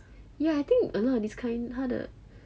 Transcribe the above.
ya I think a lot of this kind 他的